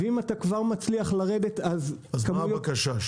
אז מה הבקשה?